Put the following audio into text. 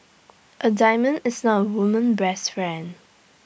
A diamond is not A woman best friend